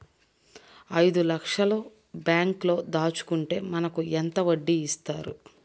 ఐదు లక్షల బ్యాంక్లో దాచుకుంటే మనకు ఎంత వడ్డీ ఇస్తారు?